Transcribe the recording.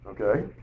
Okay